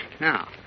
Now